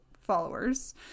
followers